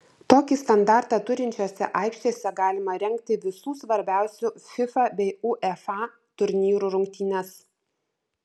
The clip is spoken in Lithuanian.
tokį standartą turinčiose aikštėse galima rengti visų svarbiausių fifa bei uefa turnyrų rungtynes